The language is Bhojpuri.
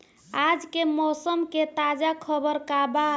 आज के मौसम के ताजा खबर का बा?